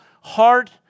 heart